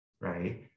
right